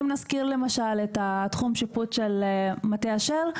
למשל אם נזכיר את תחום השיפוט של מטה אשר,